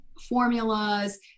formulas